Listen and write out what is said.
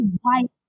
white